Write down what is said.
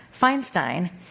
Feinstein